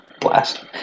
blast